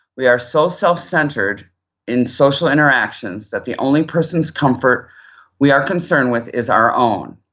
we are so self-centered in social interactions that the only person's comfort we are concerned with is our own.